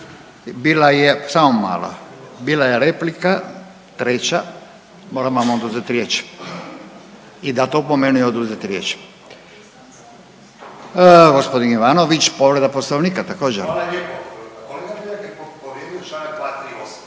Bila je samo malo, bila je replika treća moram vam oduzet riječ i dat opomenu i oduzet riječ. Gospodin Ivanović povreda poslovnika također. **Ivanović, Goran